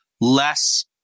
less